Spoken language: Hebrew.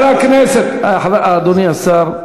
אדוני השר,